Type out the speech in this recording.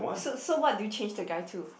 so so what do you change the guy to